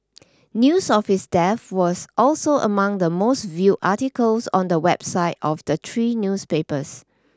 news of his death was also among the most viewed articles on the website of the three newspapers